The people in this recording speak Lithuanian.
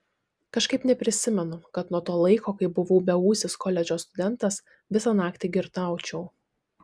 kažkaip neprisimenu kad nuo to laiko kai buvau beūsis koledžo studentas visą naktį girtaučiau